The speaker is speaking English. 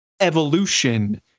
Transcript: Evolution